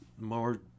more